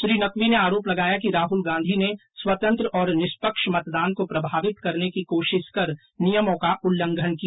श्री नकवी ने आरोप लगाया कि राहुल गांधी ने स्वतंत्र और निष्पक्ष मतदान को प्रभावित करने की कोशिश कर नियमों का उल्लंघन किया